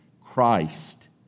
Christ